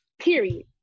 period